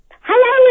Hello